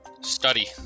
Study